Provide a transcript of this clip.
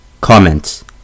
Comments